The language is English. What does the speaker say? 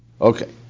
Okay